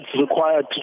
required